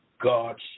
God's